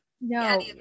No